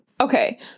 okay